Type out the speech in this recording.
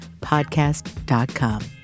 podcast.com